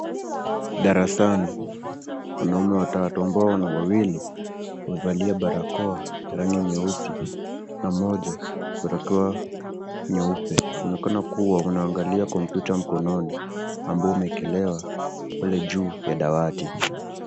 Darasani, wanaume watatu ambao wawili wamevalia barakoa ya rangi nyeusi na mmoja barakoa nyeupe wanaonekana kuwa wanangalia kompyuta mkononi ambao umeekelewa pale juu ya dawati.